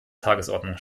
tagesordnung